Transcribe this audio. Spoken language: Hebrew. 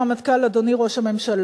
"אדוני הרמטכ"ל, אדוני ראש הממשלה,